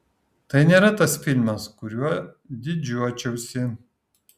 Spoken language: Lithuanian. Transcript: tai nėra tas filmas kuriuo didžiuočiausi